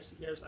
yes